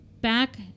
back